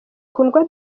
kundwa